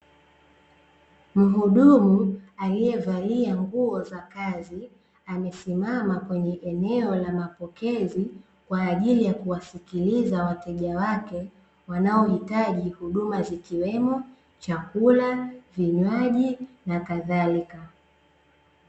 Mhudumu aliyevalia nguo za kazi amesimama kwenye eneo la mapokezi, kwa ajili ya kuwasikiliza wateja wake wanaohitaji huduma zikiwemo:chakula, vinywaji nakadhalika.